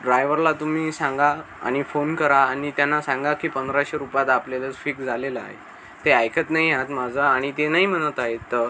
ड्रायवरला तुम्ही सांगा आणि फोन करा आणि त्यांना सांगा की पंधराशे रुपयात आपलं फिक् झालेलं आहे ते ऐकत नाही आहेत माझं आणि ते नाही म्हणत आहेत तर